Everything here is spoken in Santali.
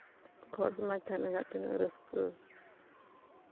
ᱟᱵᱚ ᱦᱚᱲ ᱥᱚᱢᱟᱡᱽ ᱛᱟᱦᱮᱸᱞᱮᱱ ᱠᱷᱟᱱ ᱛᱤᱱᱟᱹᱜ ᱨᱟᱹᱥᱠᱟᱹ